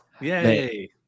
Yay